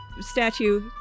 statue